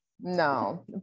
No